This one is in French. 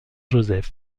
joseph